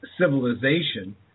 civilization